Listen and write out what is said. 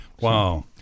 Wow